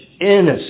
innocent